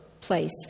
place